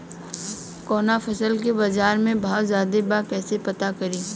कवना फसल के बाजार में भाव ज्यादा बा कैसे पता करि?